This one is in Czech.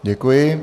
Děkuji.